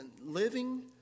living